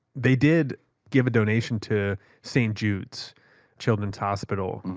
they did give a donation to st. jude's children hospital.